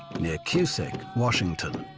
near cusick, washington.